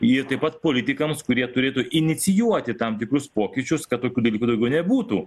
ir taip pat politikams kurie turėtų inicijuoti tam tikrus pokyčius kad tokių dalykų daugiau nebūtų